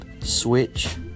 switch